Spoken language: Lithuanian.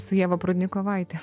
su ieva prudnikovaite